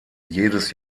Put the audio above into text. jedes